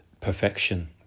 perfection